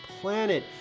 planet